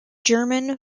german